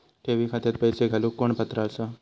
ठेवी खात्यात पैसे घालूक कोण पात्र आसा?